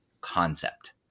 concept